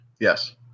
yes